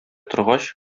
торгач